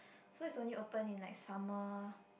so it's only open in like summer